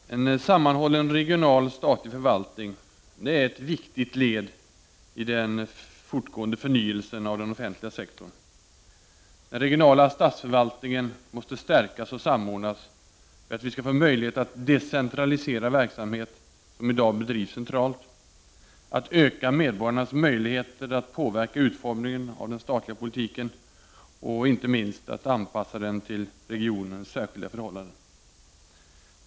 Herr talman! En sammanhållen regional statlig förvaltning är ett viktigt led i den fortgående förnyelsen av den offentliga sektorn. Den regionala statliga förvaltningen måste stärkas och samordnas för att vi skall få möjlighet att decentralisera verksamhet som i dag bedrivs centralt, öka medborgarnas möjligheter att påverka utformningen av den statliga politiken och, inte minst, anpassa den till regionens särskilda förhållanden.